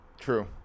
true